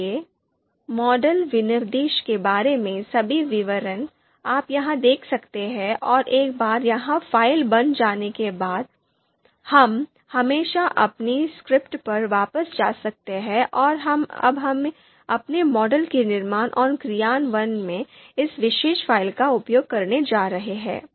इसलिए मॉडल विनिर्देश के बारे में सभी विवरण आप यहां देख सकते हैं और एक बार यह फ़ाइल बन जाने के बाद हम हमेशा अपनी स्क्रिप्ट पर वापस जा सकते हैं और अब हम अपने मॉडल के निर्माण और क्रियान्वयन में इस विशेष फ़ाइल का उपयोग करने जा रहे हैं